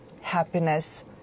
happiness